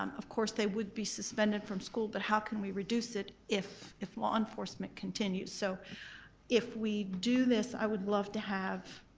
um of course they would be suspended from school but how can we reduce it if if law enforcement continues? so if we do this i would love to have